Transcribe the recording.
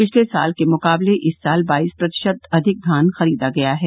पिछले साल के मुकाबले इस साल बाईस प्रतिशत अधिक धान खरीदा गया है